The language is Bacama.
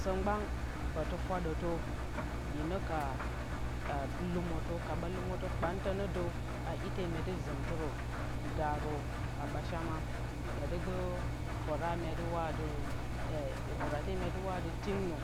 Sǝ mgban bǝtɨ fwadǝtǝ hine ka lumǝtɨ kpan tǝ nedǝ a ite myadɨ zɨmtɨrǝ gaarǝ a ɓashama ɓotigǝ fara ne duwadu e vɨrate mya duwadu atɨ tingnǝ